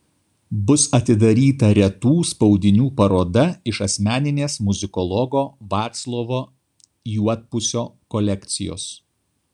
bus atidaryta retų spaudinių paroda iš asmeninės muzikologo vaclovo juodpusio kolekcijos